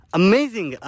amazing